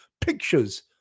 pictures